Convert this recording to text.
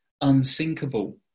unsinkable